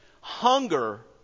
hunger